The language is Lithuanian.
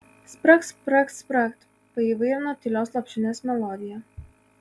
spragt spragt spragt paįvairino tylios lopšinės melodiją